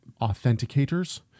authenticators